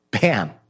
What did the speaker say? Bam